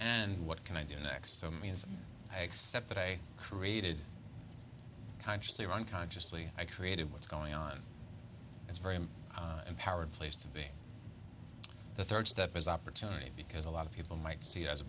and what can i do next so means i accept that i created consciously or unconsciously i created what's going on it's very empowered place to be the third step is opportunity because a lot of people might see it as a